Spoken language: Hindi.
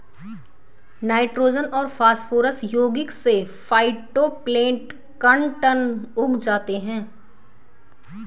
नाइट्रोजन और फास्फोरस यौगिक से फाइटोप्लैंक्टन उग जाते है